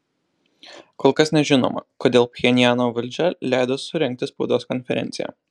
kol kas nežinoma kodėl pchenjano valdžia leido surengti spaudos konferenciją